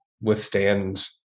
withstand